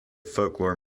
folklore